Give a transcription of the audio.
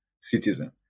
citizen